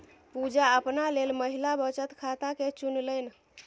पुजा अपना लेल महिला बचत खाताकेँ चुनलनि